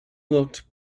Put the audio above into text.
looked